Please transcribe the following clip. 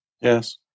yes